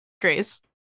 Grace